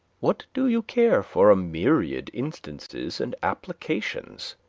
what do you care for a myriad instances and applications?